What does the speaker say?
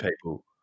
people